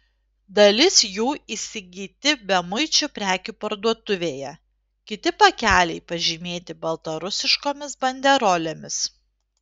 dalis jų įsigyti bemuičių prekių parduotuvėje kiti pakeliai pažymėti baltarusiškomis banderolėmis